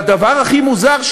והדבר הכי מוזר,